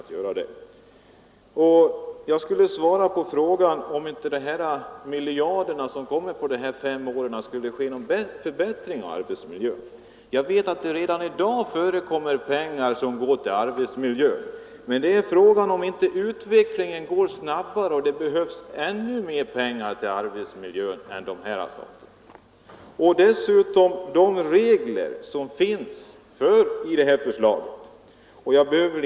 Herr Kristenson frågade om det inte under de kommande fem åren kommer att bli några förbättringar av arbetsmiljön genom den miljard som skall satsas. Jag vill svara att det redan i dag anslås pengar till förbättring av arbetsmiljön. Frågan är emellertid om inte utvecklingen går i ännu snabbare takt, så att det skulle behövas ännu mera pengar för detta ändamål.